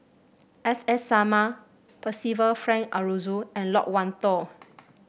S S Sarma Percival Frank Aroozoo and Loke Wan Tho